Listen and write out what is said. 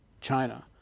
China